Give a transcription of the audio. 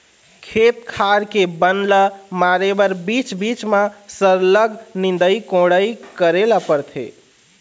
खेत खार के बन ल मारे बर बीच बीच म सरलग निंदई कोड़ई करे ल परथे